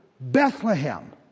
Bethlehem